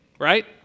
right